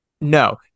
No